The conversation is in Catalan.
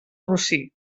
rossí